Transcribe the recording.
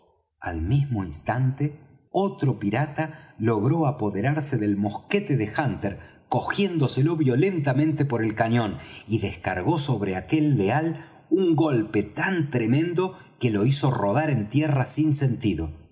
al mismo instante otro pirata logró apoderarse del mosquete de hunter cogiéndoselo violentamente por el cañón y descargó sobre aquel leal un golpe tan tremendo que lo hizo rodar en tierra sin sentido